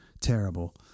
terrible